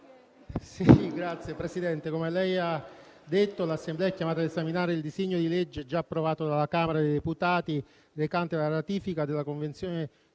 Signor Presidente, come lei ha detto l'Assemblea è chiamata ad esaminare il disegno di legge, già approvato dalla Camera dei deputati, recante la ratifica della Convenzione